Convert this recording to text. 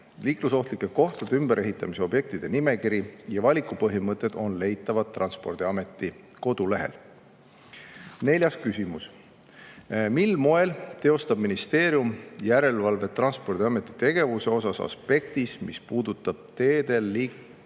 Liiklusohtlike kohtade ümberehitamise objektide nimekiri ja valikupõhimõtted on leitavad transpordiameti kodulehel. Neljas küsimus: "Mil moel teostab ministeerium järelevalvet Transpordiameti tegevuse osas aspektis, mis puudutab teedel liiklemise